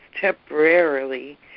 temporarily